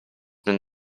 been